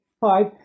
five